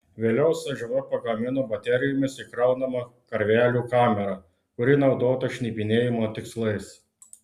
vėliau cžv pagamino baterijomis įkraunamą karvelių kamerą kuri naudota šnipinėjimo tikslais